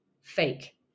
fake